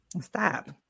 stop